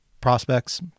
prospects